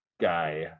guy